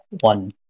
one